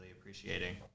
appreciating